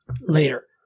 later